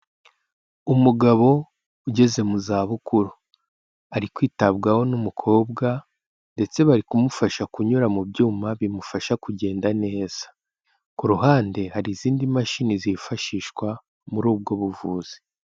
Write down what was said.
Umugabo ugeze mu zabukuru, ari kwitabwaho n'umukobwa ndetse bari kumufasha kunyura mu byuma bimufasha kugenda neza, ku ruhande hari izindi mashini zifashishwa muri ubwo buvuzi.